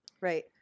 Right